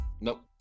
Nope